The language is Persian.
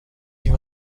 این